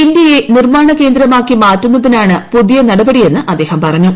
ഇന്ത്യയെ നിർമ്മാണ കേന്ദ്രമാക്കി മാറ്റുന്നതിനാണ് പുതിയ നടപടിയെന്ന് അദ്ദേഹം പറഞ്ഞു